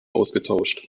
ausgetauscht